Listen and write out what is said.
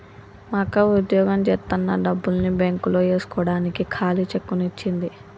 మా అక్క వుద్యోగం జేత్తన్న డబ్బుల్ని బ్యేంకులో యేస్కోడానికి ఖాళీ చెక్కుని ఇచ్చింది